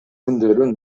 күндөрү